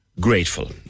grateful